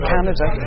Canada